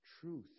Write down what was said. truth